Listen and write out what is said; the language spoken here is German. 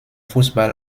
fußball